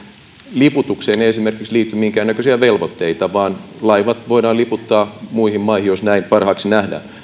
liputukseen ei liity minkäännäköisiä velvoitteita vaan laivat voidaan liputtaa muihin maihin jos näin parhaaksi nähdään